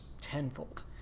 tenfold